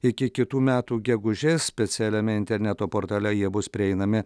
iki kitų metų gegužės specialiame interneto portale jie bus prieinami